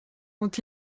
ont